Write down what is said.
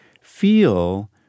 feel